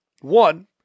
One